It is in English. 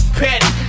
petty